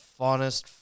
funnest